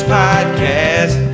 podcast